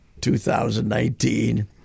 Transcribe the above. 2019